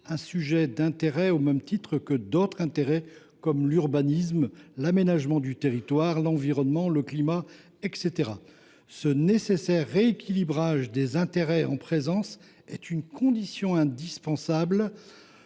un sujet d’intérêt, au même titre que l’urbanisme, l’aménagement du territoire, l’environnement, le climat, etc. Ce nécessaire rééquilibrage des intérêts en présence est une condition indispensable